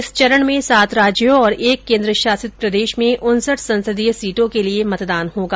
इस चरण में सात राज्यों और एक केंद्र शासित प्रदेश में उनसठ संसदीय सीटो के लिए मतदान होगा